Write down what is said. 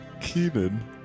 Keenan